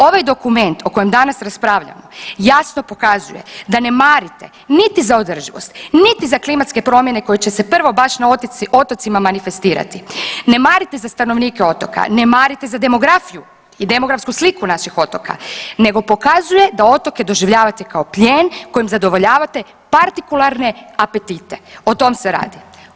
Ovaj dokument o kojem danas raspravljamo jasno pokazuje da ne marite niti za održivost, niti za klimatske promjene koje će se prvo baš na otocima manifestirati, ne marite za stanovnike otoka, ne marite za demografiju i demografsku sliku naših otoka nego pokazuje da otoke doživljavate kao plijen kojim zadovoljavate partikularne apetite, o tom se radi.